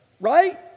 right